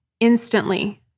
Instantly